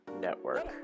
Network